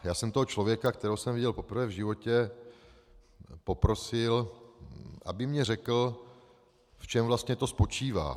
Já jsem toho člověka, kterého jsem viděl poprvé v životě, poprosil, aby mi řekl, v čem vlastně to spočívá.